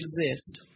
exist